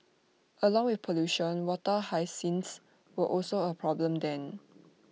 along with pollution water hyacinths were also A problem then